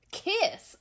kiss